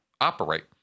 operate